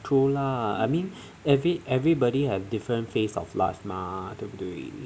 true lah I mean every everybody have different phase of last 嘛对不对